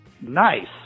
Nice